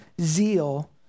zeal